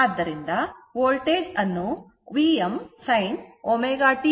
ಆದ್ದರಿಂದ ವೋಲ್ಟೇಜ್ ಅನ್ನು Vm sin ω t ϕ ಎಂದು ಬರೆಯಬಹುದು